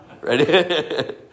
Ready